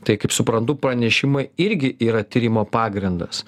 tai kaip suprantu pranešimai irgi yra tyrimo pagrindas